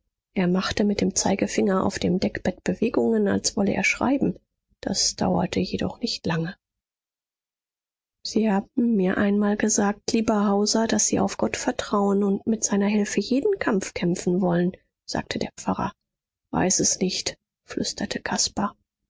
er machte mit dem zeigefinger auf dem deckbett bewegungen als wolle er schreiben das dauerte jedoch nicht lange sie haben mir einmal gesagt lieber hauser daß sie auf gott vertrauen und mit seiner hilfe jeden kampf kämpfen wollen sagte der pfarrer weiß es nicht flüsterte